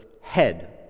head